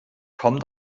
komm